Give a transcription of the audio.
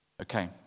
Okay